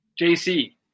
JC